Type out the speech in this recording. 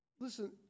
Listen